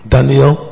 Daniel